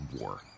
war